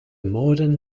modern